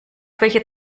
welche